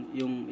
yung